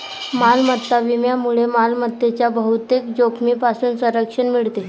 मालमत्ता विम्यामुळे मालमत्तेच्या बहुतेक जोखमींपासून संरक्षण मिळते